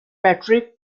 patrick